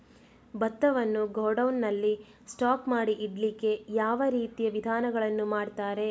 ಭತ್ತವನ್ನು ಗೋಡೌನ್ ನಲ್ಲಿ ಸ್ಟಾಕ್ ಮಾಡಿ ಇಡ್ಲಿಕ್ಕೆ ಯಾವ ರೀತಿಯ ವಿಧಾನಗಳನ್ನು ಮಾಡ್ತಾರೆ?